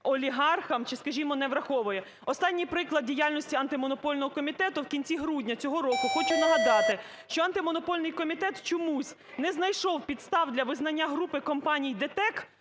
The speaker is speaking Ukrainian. олігархам чи, скажімо, не враховує. Останній приклад діяльності Антимонопольного комітету в кінці грудня цього року. Хочу нагадати, що Антимонопольний комітет чомусь не знайшов підстав для визнання групи компаній ДТЕК